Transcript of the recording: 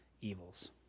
evils